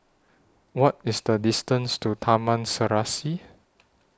What IS The distance to Taman Serasi